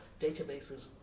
databases